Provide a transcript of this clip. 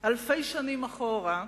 אלפי שנים אחורה,